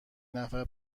نفر